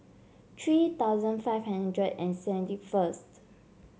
three thousand five hundred and seventy first